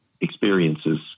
experiences